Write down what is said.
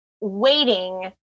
waiting